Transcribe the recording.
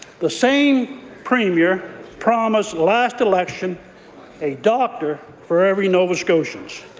the same premier promised last election a doctor for every nova scotian.